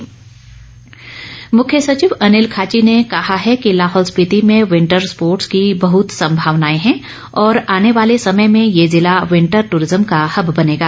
मुख्य सचिव मुख्य सचिव अनिल खाची ने कहा है कि लाहौल स्पीति में विंटर स्पोर्ट्स की बहुत संभावनाएं हैं और आने वाले समय में ये ज़िला विंटर दूरिज्म का हब बनेगा